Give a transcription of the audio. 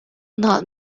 not